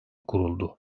kuruldu